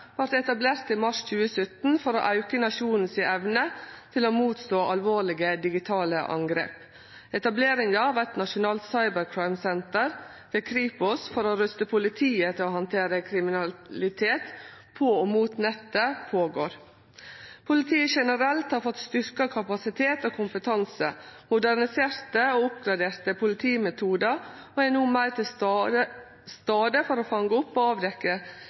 vart etablert i mars 2017 for å auke nasjonen si evne til å motstå alvorlege digitale angrep. Etableringa av eit nasjonalt cyber crime-senter ved Kripos, for å ruste politiet til å handtere kriminalitet på og mot nettet, er i gang. Politiet generelt har fått styrkt kapasitet og kompetanse, fått moderniserte og oppgraderte politimetodar og er no meir til stades for å fange opp og